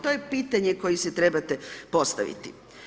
To je pitanje koji si trebate postaviti.